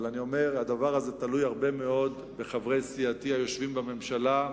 הדבר הזה תלוי מאוד בחברי סיעתי היושבת בממשלה.